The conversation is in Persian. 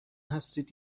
هستید